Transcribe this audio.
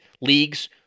leagues